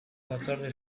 batzorde